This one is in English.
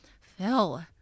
Phil